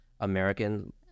American